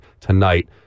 tonight